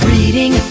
Reading